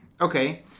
Okay